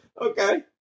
okay